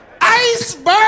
Iceberg